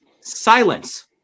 Silence